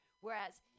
whereas